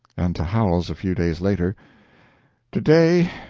and to howells a few days later to-day,